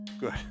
Good